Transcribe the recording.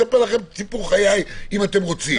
אני אספר לכם את סיפור חיי אם אתם רוצים,